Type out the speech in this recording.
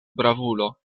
bravulo